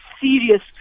serious